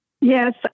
Yes